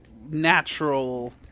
natural